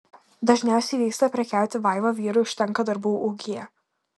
dažniausiai vyksta prekiauti vaiva vyrui užtenka darbų ūkyje